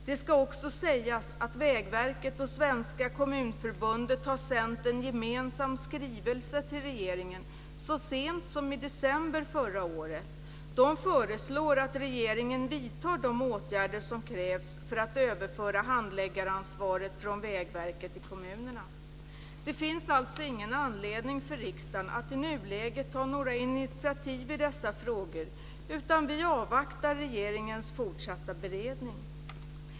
Det ska också sägas att Vägverket och Svenska kommunförbundet har sänt en gemensam skrivelse till regeringen så sent som i december förra året där de föreslår att regeringen vidtar de åtgärder som krävs för att överföra handläggaransvaret från Vägverket till kommunerna. Det finns alltså ingen anledning för riksdagen att i nuläget ta några initiativ i dessa frågor utan vi avvaktar regeringens fortsatta beredning.